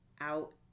out